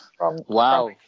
Wow